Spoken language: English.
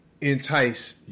entice